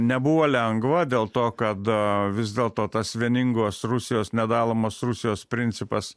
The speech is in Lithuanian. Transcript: nebuvo lengva dėl to kad vis dėlto tas vieningos rusijos nedalomos rusijos principas